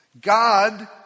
God